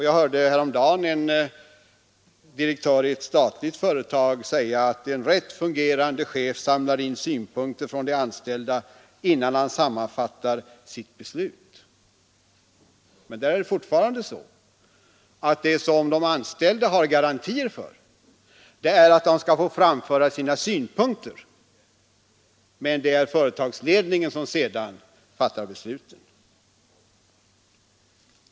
Jag hörde häromdagen en direktör i ett statligt företag säga att en rätt fungerande chef samlar in synpunkter från de anställda innan han sammanfattar sitt beslut. Men här är det fortfarande så att det som de anställda har garantier för är att de skall få framföra sina synpunkter — men det är företagsledningen som sedan fattar besluten.